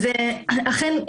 אז אכן,